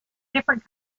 different